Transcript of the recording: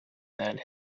that